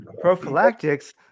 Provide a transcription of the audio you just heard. Prophylactics